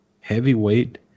Heavyweight